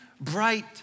bright